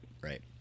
Right